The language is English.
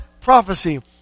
prophecy